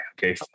Okay